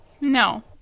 No